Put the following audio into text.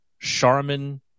Charmin